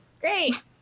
Great